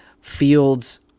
Fields